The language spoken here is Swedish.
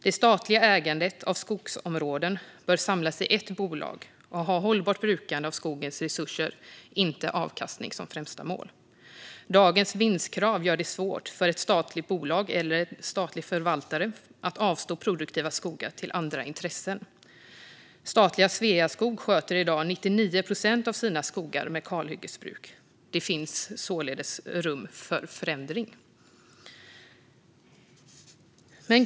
Det statliga ägandet av skogsområden bör samlas i ett bolag och ha ett hållbart brukande av skogens resurser, inte avkastning, som främsta mål. Dagens vinstkrav gör det svårt för ett statligt bolag eller en statlig förvaltare att avstå produktiva skogar till andra intressen. Statliga Sveaskog sköter i dag 99 procent av sina skogar med kalhyggesbruk. Det finns således rum för förändring.